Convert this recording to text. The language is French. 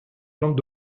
plantes